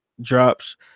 drops